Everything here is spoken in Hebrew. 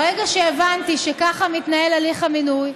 ברגע שהבנתי שככה מתנהל הליך המינוי,